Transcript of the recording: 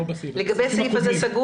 לא בסעיף הזה.